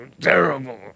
Terrible